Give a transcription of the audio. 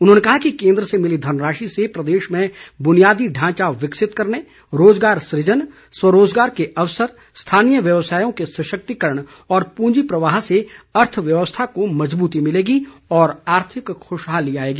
उन्होंने कहा कि केन्द्र से मिली धनराशि से प्रदेश में बुनियादी ढांचा विकसित करने रोजगार सुजन स्वरोजगार के अवसर स्थानीय व्यवसायों के सशक्तिकरण और पूंजी प्रवाह से अर्थव्यवस्था को मजबूती मिलेगी और आर्थिक खुशहाली आएगी